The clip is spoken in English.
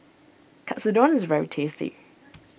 Katsudon is very tasty